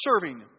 serving